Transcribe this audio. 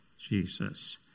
Jesus